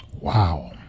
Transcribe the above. Wow